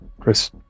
Chris